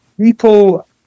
People